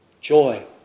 joy